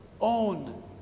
own